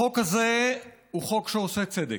החוק הזה הוא חוק שעושה צדק.